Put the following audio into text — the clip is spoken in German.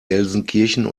gelsenkirchen